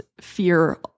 fear